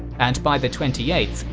and by the twenty eighth,